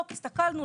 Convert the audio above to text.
הסתכלנו,